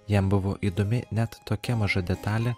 jam buvo įdomi net tokia maža detalė